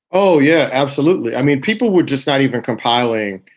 oh, yeah, absolutely. i mean, people would just not even compiling,